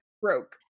broke